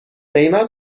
قیمت